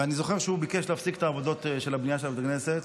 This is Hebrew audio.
ואני זוכר שהוא ביקש להפסיק את עבודות הבנייה של בית הכנסת,